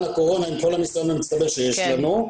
הקורונה עם כל הניסיון המצטבר שיש לנו.